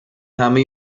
همه